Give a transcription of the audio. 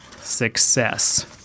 success